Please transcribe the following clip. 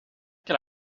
que